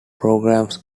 programs